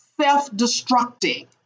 self-destructing